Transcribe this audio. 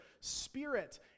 spirit